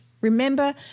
Remember